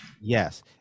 Yes